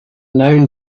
known